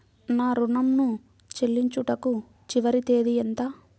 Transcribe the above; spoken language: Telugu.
నా ఋణం ను చెల్లించుటకు చివరి తేదీ ఎంత?